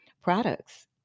products